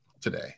today